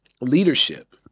leadership